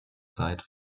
zeit